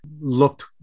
looked